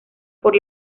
por